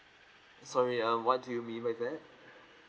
sorry um what do you mean by that